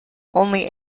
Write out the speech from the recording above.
only